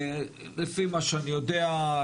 לפי מה שאני יודע,